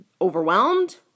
overwhelmed